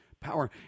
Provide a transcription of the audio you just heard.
power